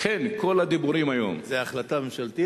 לכן, כל הדיבורים היום, זו החלטה ממשלתית?